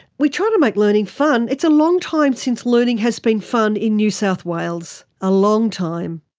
we try to make learning fun. it's a long time since learning has been fun in new south wales, a long time.